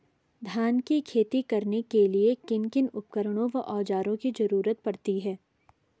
धान की खेती करने के लिए किन किन उपकरणों व औज़ारों की जरूरत पड़ती है?